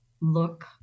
look